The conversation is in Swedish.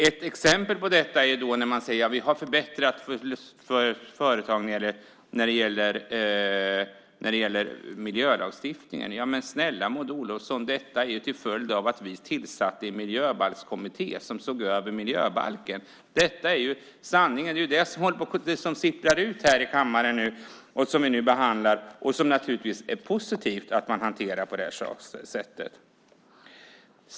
Ett exempel är när man säger att man har förbättrat för företagen när det gäller miljölagstiftningen. Men snälla Maud Olofsson, det är en följd av att vi tillsatte en miljöbalkskommitté som såg över miljöbalken. Det är sanningen. Det är det som sipprar ut här i kammaren nu, som vi behandlar och som naturligtvis är positivt att man hanterar på detta sätt.